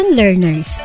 learners